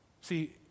See